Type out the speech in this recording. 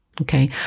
okay